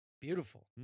beautiful